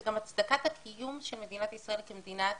זה גם הצדקת הקיום של מדינת ישראל כמדינה יהודית.